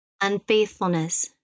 unfaithfulness